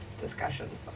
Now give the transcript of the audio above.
discussions